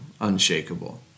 unshakable